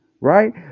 right